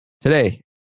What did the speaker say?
today